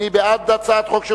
מי בעד הצעת החוק?